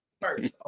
first